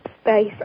space